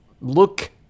look